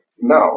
no